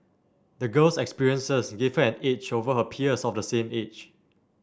the girl's experiences gave her an edge over her peers of the same age